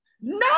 no